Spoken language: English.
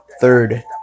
Third